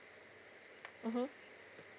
mmhmm